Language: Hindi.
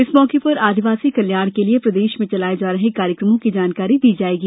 इस मौके पर आदिवासी कल्याण के लिये प्रदेश में चलाए जा रहे कार्यक्रमों की जानकारी दी जाएगी